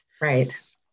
Right